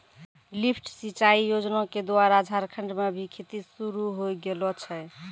lift सिंचाई योजना क द्वारा झारखंड म भी खेती शुरू होय गेलो छै